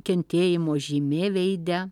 kentėjimo žymė veide